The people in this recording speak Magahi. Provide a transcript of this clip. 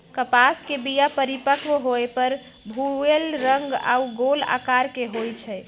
कपास के बीया परिपक्व होय पर भूइल रंग आऽ गोल अकार के होइ छइ